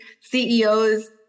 CEOs